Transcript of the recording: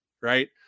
Right